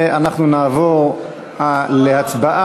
אנחנו נעבור להצבעה.